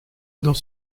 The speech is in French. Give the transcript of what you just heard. dans